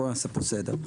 בואו נעשה פה סדר.